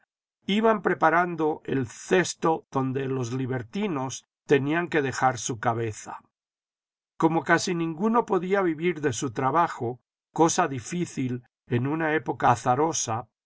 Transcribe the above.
iban preparando el cesto donde los libertinos tenían que dejar su cabeza como casi ninguno podía vivir de su trabajo cosa difícil en una época azarosa